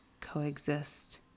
coexist